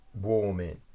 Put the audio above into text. warming